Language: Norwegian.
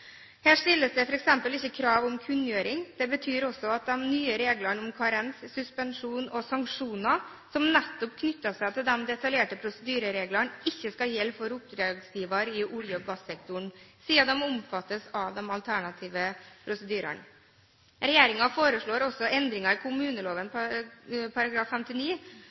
Her stilles det f.eks. ikke krav om kunngjøring. Det betyr også at de nye reglene om karens, suspensjon og sanksjoner, som nettopp knytter seg til de detaljerte prosedyrereglene, ikke skal gjelde for oppdragsgivere i olje- og gassektoren siden de omfattes av de alternative prosedyrene. Regjeringen foreslår også endringer i kommuneloven § 59